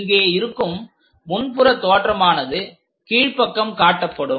இங்கே இருக்கும் முன்புற தோற்றமானது கீழ்பக்கம் காட்டப்படும்